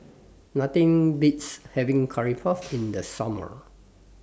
Nothing Beats having Curry Puff in The Summer